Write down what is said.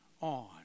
on